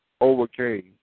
overcame